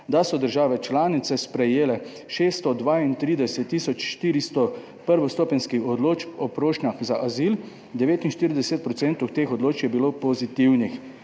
da so države članice sprejele 632 tisoč 400 prvostopenjskih odločb o prošnjah za azil, 49 % teh odločb je bilo pozitivnih